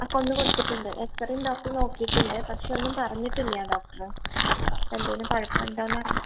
ആ കൊണ്ട് കൊടുത്തിട്ടുണ്ട് എക്സറെയും ഡോക്ടർ നോക്കീട്ടുണ്ട് പക്ഷേ ഒന്നും പറഞ്ഞിട്ടില്ല്യ ഡോക്ടറ് എന്തേലും കുഴപ്പോണ്ടോന്നറിയാൻ